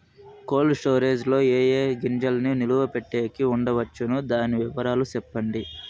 Cold storage లో ఏ ఏ గింజల్ని నిలువ పెట్టేకి ఉంచవచ్చును? దాని వివరాలు సెప్పండి?